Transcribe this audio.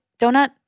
donut